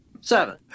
seven